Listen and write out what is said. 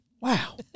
Wow